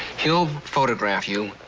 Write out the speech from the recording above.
he'll photograph you,